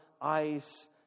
ice